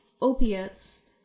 opiates